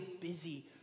busy